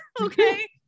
Okay